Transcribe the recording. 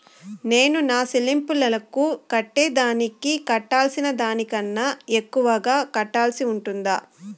నేను నా సెల్లింపులకు కట్టేదానికి కట్టాల్సిన దానికన్నా ఎక్కువగా కట్టాల్సి ఉంటుందా?